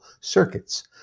circuits